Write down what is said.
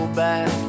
back